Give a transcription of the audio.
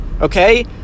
okay